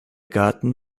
garten